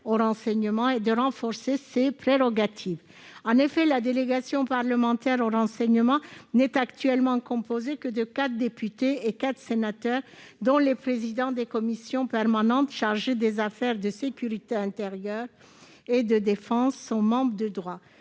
au renseignement et à renforcer ses prérogatives. La délégation parlementaire au renseignement n'est actuellement composée que de quatre députés et quatre sénateurs, dont les présidents des commissions permanentes chargées des affaires de sécurité intérieure et de défense, qui en sont membres de droit.